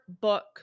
book